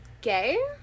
gay